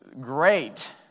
great